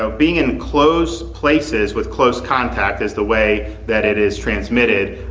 so being in close places with close contact is the way that it is transmitted.